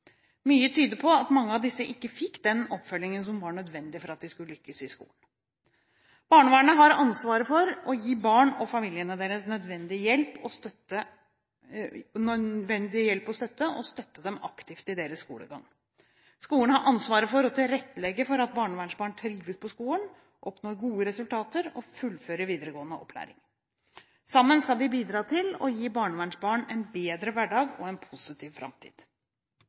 Mye tyder på at mange av disse ikke fikk den oppfølgingen som var nødvendig for at de skulle lykkes i skolen. Barnevernet har ansvaret for å gi barn og familiene deres nødvendig hjelp og støtte, og støtte barna aktivt i deres skolegang. Skolen har ansvaret for å tilrettelegge for at barnevernsbarn trives på skolen, oppnår gode resultater og fullfører videregående opplæring. Sammen skal de bidra til å gi barnevernsbarn en bedre hverdag og en positiv framtid.